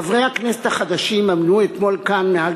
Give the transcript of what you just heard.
חברי הכנסת החדשים עמדו אתמול כאן מעל